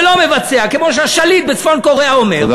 ולא מבצע כמו שהשליט בצפון-קוריאה אומר,